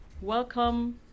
welcome